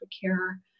care